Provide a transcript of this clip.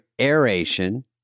aeration